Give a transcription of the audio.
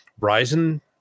Ryzen